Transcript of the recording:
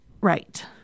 Right